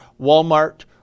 Walmart